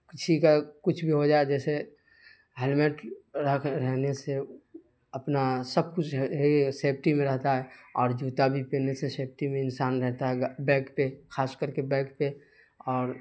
کسی کا کچھ بھی ہوجائے جیسے ہیلمیٹ راہ کر رہنے سے اپنا سب کچھ جو ہے سیفٹی میں رہتا ہے اور جوتا بھی پہننے سے سیفٹی میں انسان رہتا ہے بیک پہ خاص کر کے بیک پہ اور